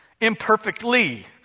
imperfectly